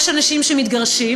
יש אנשים שמתגרשים,